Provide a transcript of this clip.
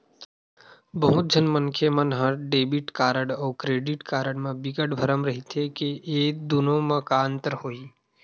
बहुत झन मनखे मन ह डेबिट कारड अउ क्रेडिट कारड म बिकट भरम रहिथे के ए दुनो म का अंतर होही?